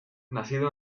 nacido